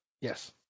Yes